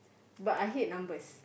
but I hate numbers